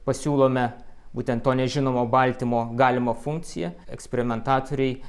pasiūlome būtent to nežinomo baltymo galimą funkciją eksperimentatoriai